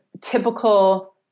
typical